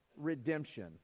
redemption